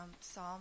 Psalm